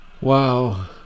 Wow